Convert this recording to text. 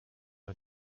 and